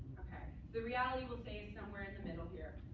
ok? the reality we'll say is somewhere in the middle here,